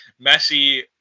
Messi